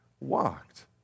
walked